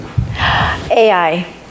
AI